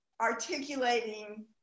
articulating